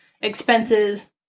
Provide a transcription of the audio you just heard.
expenses